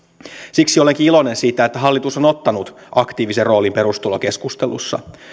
siksi olenkin iloinen siitä että hallitus on ottanut aktiivisen roolin perustulokeskustelussa